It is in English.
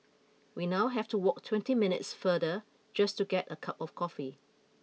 we now have to walk twenty minutes farther just to get a cup of coffee